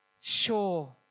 sure